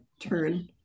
turn